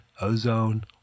ozone